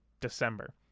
December